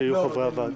שיהיו חברי הוועדה?